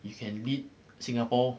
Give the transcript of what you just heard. you can lead singapore